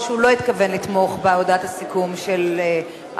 שהוא לא התכוון לתמוך בהודעת הסיכום האחרונה,